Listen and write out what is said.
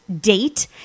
date